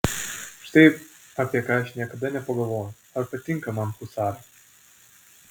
štai apie ką aš niekada nepagalvojau ar patinka man husarai